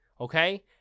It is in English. Okay